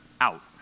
out